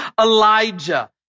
Elijah